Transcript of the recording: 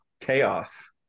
chaos